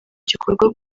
gikorwa